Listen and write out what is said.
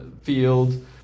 field